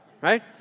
right